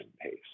pace